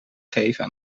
geven